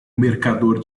mercador